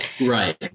Right